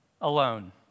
alone